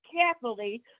carefully